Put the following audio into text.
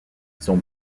son